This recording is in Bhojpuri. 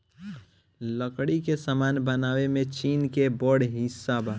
लकड़ी के सामान बनावे में चीन के बड़ हिस्सा बा